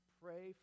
pray